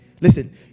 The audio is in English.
listen